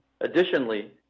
Additionally